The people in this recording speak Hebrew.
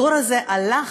הדור הזה הלך.